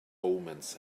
omens